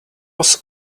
was